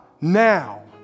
now